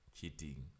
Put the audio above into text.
cheating